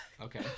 Okay